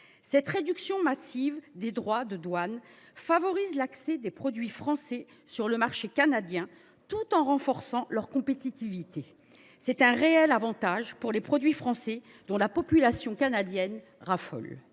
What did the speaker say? Cette réduction massive des droits de douane favorise l’accès des produits français sur le marché canadien, tout en renforçant leur compétitivité. C’est un réel avantage pour les produits français, dont la population canadienne raffole.